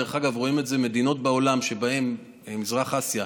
דרך אגב, רואים את זה במדינות במזרח אסיה,